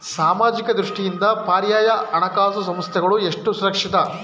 ಸಾಮಾಜಿಕ ದೃಷ್ಟಿಯಿಂದ ಪರ್ಯಾಯ ಹಣಕಾಸು ಸಂಸ್ಥೆಗಳು ಎಷ್ಟು ಸುರಕ್ಷಿತ?